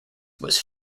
was